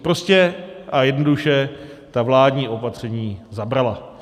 Prostě a jednoduše, ta vládní opatření zabrala.